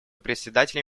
председателя